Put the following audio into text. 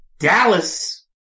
Dallas